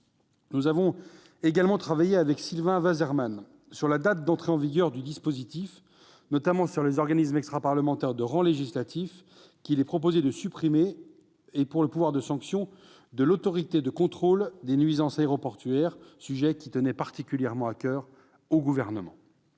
Nous avons également travaillé, avec Sylvain Waserman, sur la date d'entrée en vigueur du dispositif, s'agissant notamment des OEP de rang législatif qu'il est proposé de supprimer et du pouvoir de sanction de l'Autorité de contrôle des nuisances aéroportuaires, sujet qui tenait particulièrement à coeur au Gouvernement.